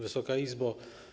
Wysoka Izbo!